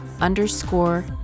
underscore